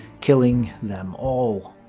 killing them all.